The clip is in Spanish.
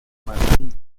martín